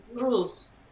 rules